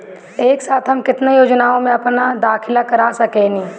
एक साथ हम केतना योजनाओ में अपना दाखिला कर सकेनी?